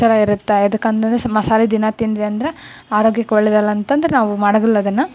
ಛಲೋ ಇರುತ್ತೆ ಯಾವ್ದಕ್ ಅಂತಂದರೆ ಸ್ ಮಸಾಲೆ ದಿನಾ ತಿಂದ್ವಿ ಅಂದರೆ ಆರೋಗ್ಯಕ್ಕೆ ಒಳ್ಳೆದಲ್ಲಂತಂದ್ರೆ ನಾವು ಮಾಡೋದಿಲ್ಲ ಅದನ್ನು